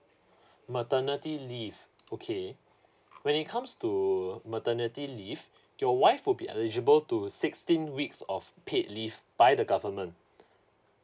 maternity leave okay when it comes to maternity leave your wife will be eligible to sixteen weeks of paid leave by the government